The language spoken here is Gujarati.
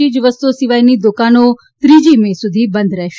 ચીજવસ્તુઓ સિવાયની દુકાનો ત્રીજી મે સુધી બંધ રહેશે